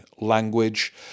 language